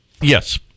Yes